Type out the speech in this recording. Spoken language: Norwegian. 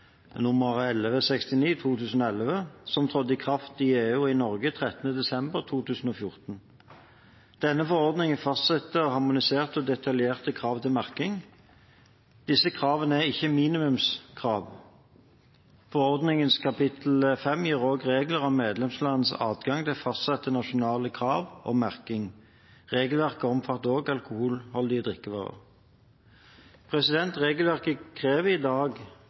som trådte i kraft i EU og Norge 13. desember 2014. Denne forordningen fastsetter harmoniserte og detaljerte krav til merking. Disse kravene er ikke minimumskrav. Forordningens kapittel 5 gir også regler om medlemslands adgang til å fastsette nasjonale krav om merking. Regelverket omfatter også alkoholholdige drikkevarer. Regelverket krever i dag